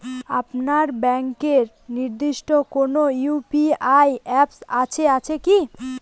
আপনার ব্যাংকের নির্দিষ্ট কোনো ইউ.পি.আই অ্যাপ আছে আছে কি?